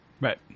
Right